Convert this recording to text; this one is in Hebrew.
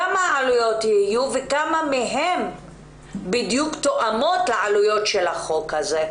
כמה תהיינה העלויות וכמה מהן תואמות בדיוק לעלויות של החוק הזה?